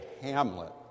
Hamlet